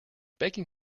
baking